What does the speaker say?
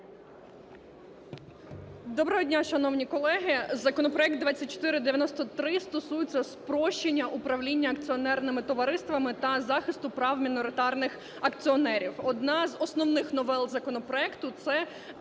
Доброго дня, шановні колеги, законопроект 2493 стосується спрощення управління акціонерними товариствами та захисту прав міноритарних акціонерів. Одна з основних новел законопроекту, це